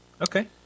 Okay